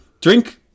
Drink